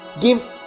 Give